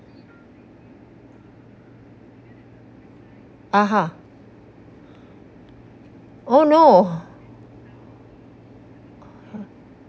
(uh huh) oh no